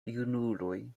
junuloj